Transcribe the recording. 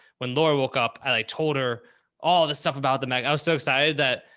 when laura woke up, i like told her all this stuff about the mech. i was so excited that,